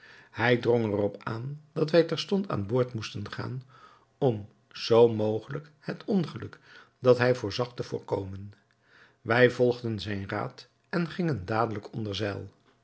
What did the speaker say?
hij drong er op aan dat wij terstond aan boord moesten gaan om zoo mogelijk het ongeluk dat hij voorzag te voorkomen wij volgden zijn raad en gingen dadelijk onder zeil